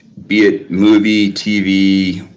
be it movie, tv,